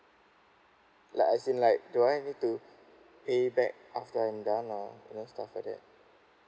like as in like do I need to pay back after I'm done or stuff like that